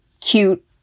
cute